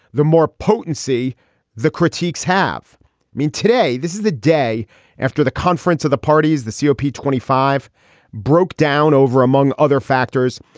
the more potency the critiques have mean today. this is the day after the conference of the parties, the s o p. twenty five broke down over, among other factors,